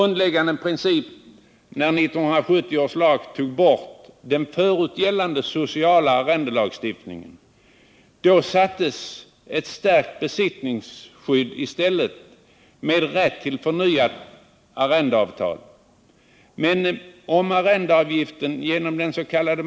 När 1970 års lag avskaffade den förut gällande sociala arrendelagstiftningen, sattes ett förstärkt besittningsskydd med rätt till förnyat arrendeavtal in i stället. Men om arrendeavgiften genom dens.k.